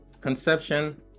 Conception